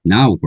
Now